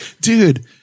dude